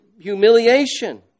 humiliation